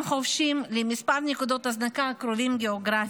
חובשים לכמה נקודות הזנקה הקרובות גיאוגרפית,